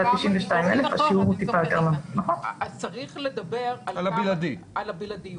ה-92,000 --- אז צריך לדבר על הבלעדיות,